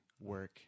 work